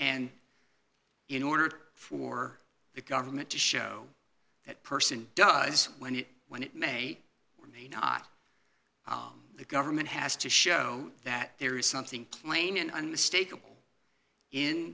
and in order for the government to show that person does when it when it may or may not the government has to show that there is something plain and unmistakable in